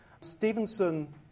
Stevenson